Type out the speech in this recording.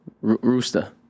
rooster